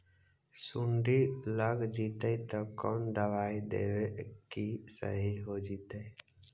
सुंडी लग जितै त कोन दबाइ देबै कि सही हो जितै?